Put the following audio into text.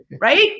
right